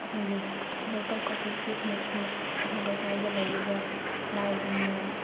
ꯑꯩꯈꯣꯏꯒꯤ ꯂꯣꯀꯜ ꯀꯣꯑꯣꯄꯔꯦꯇꯤꯐꯅꯁꯨ ꯑꯩꯈꯣꯏ ꯂꯩꯀꯥꯏꯗ ꯂꯩꯔꯤꯕ ꯂꯥꯏꯔꯕ ꯃꯤꯌꯥꯝ